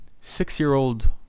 six-year-old